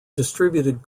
distributed